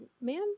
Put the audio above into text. ma'am